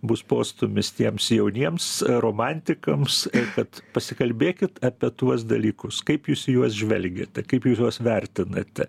bus postūmis tiems jauniems romantikams kad pasikalbėkit apie tuos dalykus kaip jūs į juos žvelgiate kaip jūs juos vertinate